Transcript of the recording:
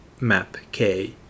MAPK